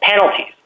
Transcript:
penalties